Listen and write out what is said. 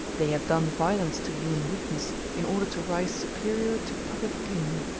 they have done violence to human weakness, in order to rise superior to public opinion.